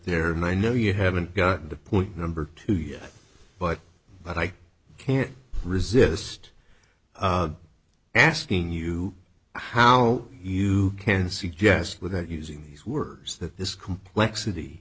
there and i know you haven't gotten to point number two yet but but i can't resist asking you how you can suggest without using these words that this complexity